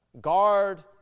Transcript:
guard